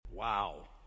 Wow